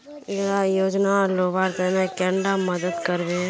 इला योजनार लुबार तने कैडा मदद करबे?